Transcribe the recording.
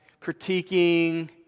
critiquing